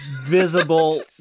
Visible